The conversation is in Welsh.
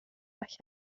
all